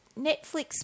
Netflix